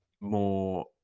more